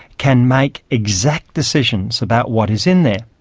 can make exact decisions about what is in there.